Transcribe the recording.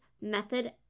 method